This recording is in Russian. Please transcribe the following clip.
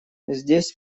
здесь